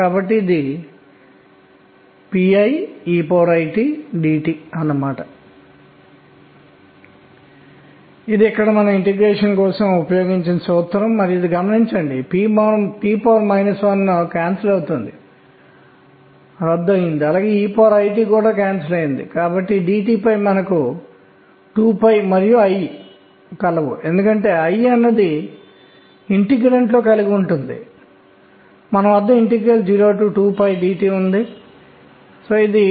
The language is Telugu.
కాబట్టి l అంటే కోణీయ ద్రవ్యవేగం దీని పరిమాణం l m అంటే ద్రవ్యవేగం యొక్క z కాంపోనెంట్ అంశం ఇది m మరియు ms అనేది ఎలక్ట్రాన్ యొక్క స్పిన్ కోణీయ ద్రవ్యవేగం ను సూచిస్తుంది ఇది 2 లేదా 2 సంక్షిప్తంగా ms